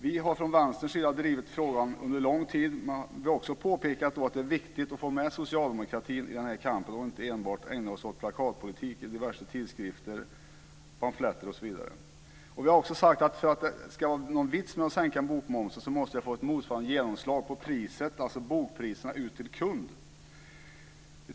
Vi har från Vänsterns sida drivit frågan länge. Men vi vill också påpeka att det har varit viktigt att få med socialdemokratin i kampen och inte enbart ägna oss åt plakatpolitik i diverse tidskrifter, pamfletter osv. Vi har också sagt att om det ska vara någon vits med att sänka bokmomsen måste det få motsvarande genomslag på bokpriserna för kunderna.